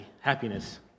happiness